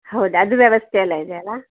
ಹೌದ ಅದು ವ್ಯವಸ್ಥೆ ಎಲ್ಲ ಇದೆಯಲ್ಲ